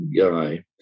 guy